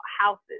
houses